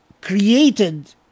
created